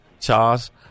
Charles